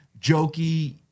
jokey